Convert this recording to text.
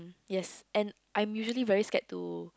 yes and I'm usually very scared to